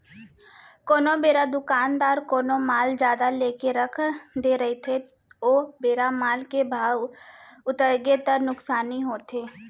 कोनो बेरा दुकानदार कोनो माल जादा लेके रख दे रहिथे ओ बेरा माल के भाव उतरगे ता नुकसानी होथे